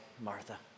Martha